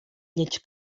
lleig